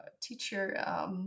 teacher